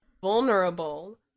Vulnerable